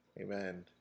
Amen